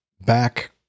back